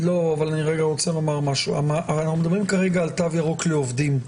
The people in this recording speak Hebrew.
לא, אנחנו מדברים כרגע על תו ירוק לעובדים.